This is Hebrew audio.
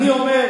אני אומר,